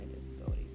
disability